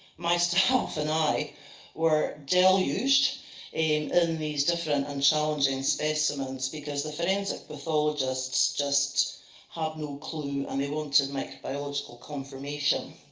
my staff and i were deluged in in these different and challenging specimens, because the forensic pathologists just had no clue, and they wanted microbiological confirmation.